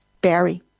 Barry